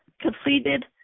completed